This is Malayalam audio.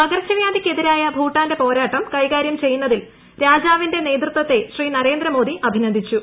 പകർച്ചവ്യാധിക്കെതിരായ ഭൂട്ടാന്റെ പോരാട്ടം കൈകാര്യം ചെയ്യുന്നതിൽ രാജാവിന്റെ നേതൃത്വത്തെ ശ്രീനരേന്ദ്രമോദി അഭിനന്ദിച്ചു